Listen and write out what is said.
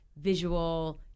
visual